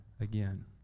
again